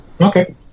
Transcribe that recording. Okay